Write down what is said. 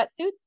wetsuits